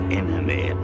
enemy